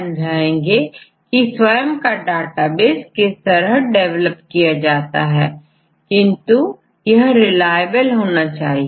इस तरह यदि आप डेटाबेस देखते हैं तो आप यह भी जान जाएंगे कि स्वयं का डेटाबेस किस तरह डिवेलप किया जा सकता है किंतु यह रिलाएबल होना चाहिए